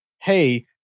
hey